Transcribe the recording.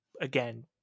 again